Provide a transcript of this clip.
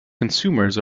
consumers